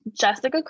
jessica